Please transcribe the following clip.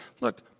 look